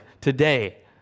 today